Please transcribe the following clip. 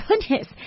goodness